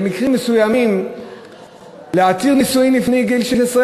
במקרים מסוימים להתיר נישואין לפני גיל 16,